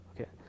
okay